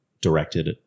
directed